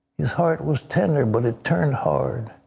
his heart was tender but it turned hard.